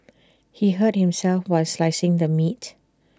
he hurt himself while slicing the meat